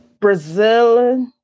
Brazil